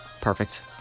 Perfect